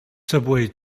cabuai